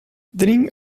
drink